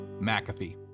McAfee